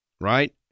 right